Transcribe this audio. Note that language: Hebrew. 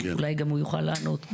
אולי גם הוא יוכל לענות.